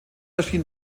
erschien